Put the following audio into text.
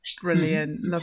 Brilliant